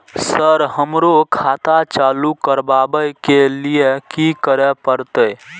Sir हमरो खाता चालू करबाबे के ली ये की करें परते?